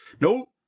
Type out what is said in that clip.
No